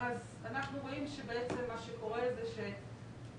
אז אנחנו רואים שבעצם מה שקורה זה שכל